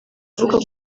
avuga